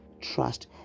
trust